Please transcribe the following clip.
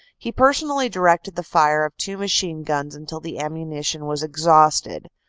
he personally directed the fire of two machine-guns until the ammunition was exhausted,